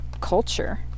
culture